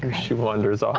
um she wanders ah